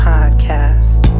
Podcast